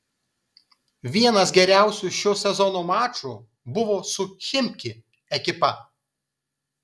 vienas geriausių šio sezono mačų buvo su chimki ekipa